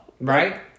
right